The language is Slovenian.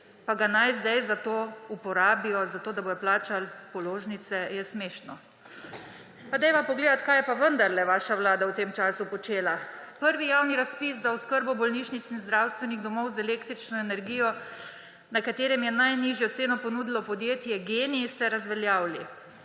pa ga naj zdaj uporabijo za to, da bodo plačali položnice, je smešno. Pa dajva pogledati, kaj je pa vendarle vaša vlada v tem času počela. Prvi javni razpis za oskrbo bolnišničnih zdravstvenih domov z električno energijo, na katerem je najnižjo ceno ponudilo podjetje GEN-I ste razveljavili.